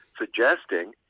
suggesting